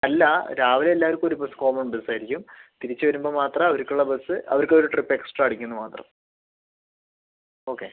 അല്ല രാവിലെ എല്ലാവർക്കും ഒരു ബസ്സ് കോമൺ ബസ്സായിരിക്കും തിരിച്ചുവരുമ്പോൾ മാത്രം അവർക്കുള്ള ബസ് അവർക്ക് ഒരു ട്രിപ്പ് എക്സ്ട്രാ അടിക്കുമെന്ന് മാത്രം ഓക്കെ